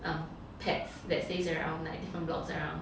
um pets that stays around like different blocks around